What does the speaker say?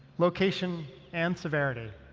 location, and severity.